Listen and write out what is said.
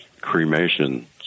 cremation